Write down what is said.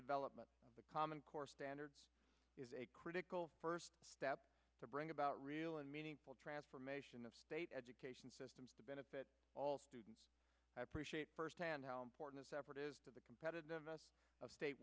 development the common core standards is a critical first step to bring about real and meaningful transformation of state education systems to benefit all students i appreciate firsthand how important this effort is to the competitiveness of state